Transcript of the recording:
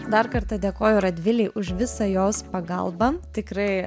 dar kartą dėkoju radvilei už visą jos pagalbą tikrai